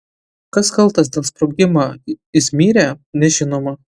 kas kaltas dėl sprogimą izmyre nežinoma